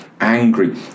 angry